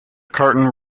curtain